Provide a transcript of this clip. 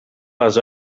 les